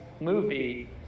movie